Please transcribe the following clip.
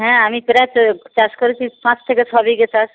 হ্যাঁ আমি প্রায় চো চাষ করেছি পাঁচ থেকে ছ বিঘে চাষ